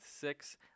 six